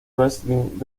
wrestling